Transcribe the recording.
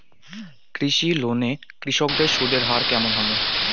কৃষি লোন এ কৃষকদের সুদের হার কেমন হবে?